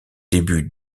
début